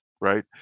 right